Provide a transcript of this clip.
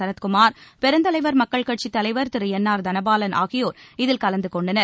சரத்குமார் பெருந்தலைவர் மக்கள் கட்சித்தலைவர் திரு என் ஆர் தனபாலன் ஆகியோர் இதில் கலந்து கொண்டனர்